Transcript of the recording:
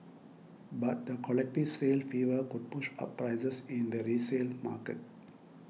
but the collective sale fever could push up prices in the resale market